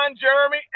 Jeremy